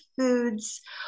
foods